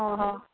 ହଁ